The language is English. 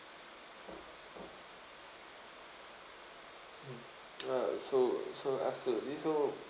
mm ya so so absolutely so